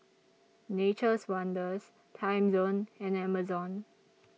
Nature's Wonders Timezone and Amazon